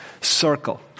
circle